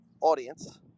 audience